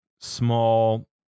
small